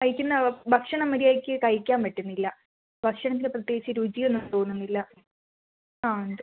കഴിക്കുന്ന ഭക്ഷണം മര്യാദക്ക് കഴിക്കാൻ പറ്റുന്നില്ല ഭക്ഷണത്തിന് പ്രത്യേകിച്ച് രുചി ഒന്നും തോന്നുന്നില്ല അ ഉണ്ട്